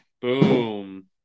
Boom